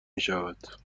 میشود